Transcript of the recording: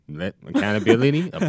Accountability